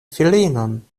filinon